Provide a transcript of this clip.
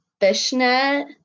fishnet